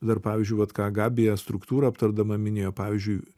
dar pavyzdžiui vat ką gabija struktūrą aptardama minėjo pavyzdžiui